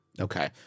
Okay